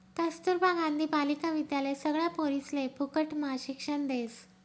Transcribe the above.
कस्तूरबा गांधी बालिका विद्यालय सगळ्या पोरिसले फुकटम्हा शिक्षण देस